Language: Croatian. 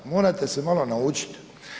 Morate se malo naučiti.